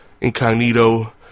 incognito